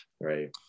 Right